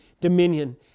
dominion